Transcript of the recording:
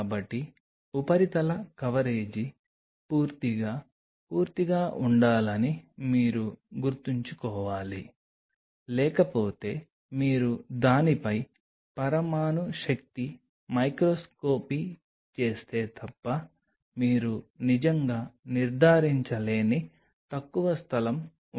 కాబట్టి ఉపరితల కవరేజీ పూర్తిగా పూర్తిగా ఉండాలని మీరు గుర్తుంచుకోవాలి లేకపోతే మీరు దానిపై పరమాణు శక్తి మైక్రోస్కోపీ చేస్తే తప్ప మీరు నిజంగా నిర్ధారించలేని తక్కువ స్థలం ఉండవచ్చు